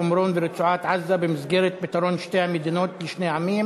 השומרון ורצועת-עזה במסגרת פתרון שתי מדינות לשני עמים,